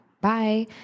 bye